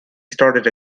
started